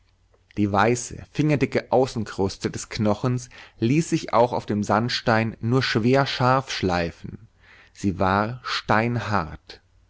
die weiße fingerdicke außenkruste des knochens ließ sich auch auf dem sandstein nur schwer scharfschleifen sie war steinhart